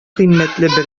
кыйммәтле